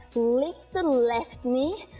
lift the left knee,